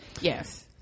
Yes